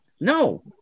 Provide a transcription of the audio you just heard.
No